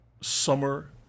summer